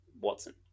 Watson